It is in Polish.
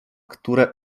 które